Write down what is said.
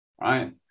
right